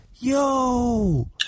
Yo